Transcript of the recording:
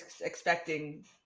expecting